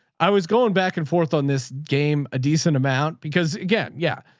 i was going back and forth on this game. a decent amount, because again, yeah,